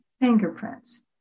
fingerprints